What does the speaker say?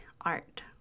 art